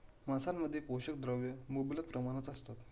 मांसामध्ये पोषक द्रव्ये मुबलक प्रमाणात असतात